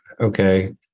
okay